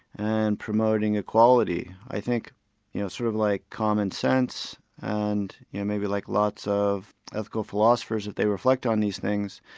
and promoting equality. i think you know sort of like commonsense and you know maybe like lots of ethical philosophers that they reflect on these things,